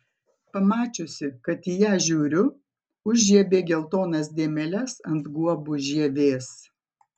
pamačiusi kad į ją žiūriu užžiebė geltonas dėmeles ant guobų žievės